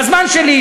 בזמן שלי,